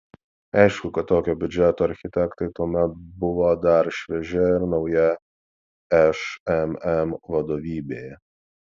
aišku kad tokio biudžeto architektai tuomet buvo dar šviežia ir nauja šmm vadovybė